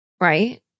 right